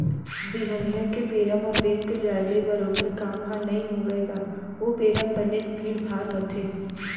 बिहनिया के बेरा म बेंक जाय ले बरोबर काम ह नइ होवय गा ओ बेरा बनेच भीड़ भाड़ रथे